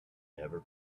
never